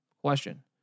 question